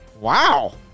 Wow